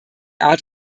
art